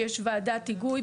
יש ועדת היגוי,